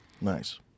Nice